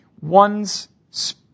One's